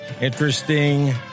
Interesting